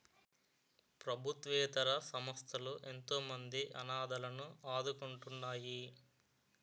ప్రభుత్వేతర సంస్థలు ఎంతోమంది అనాధలను ఆదుకుంటున్నాయి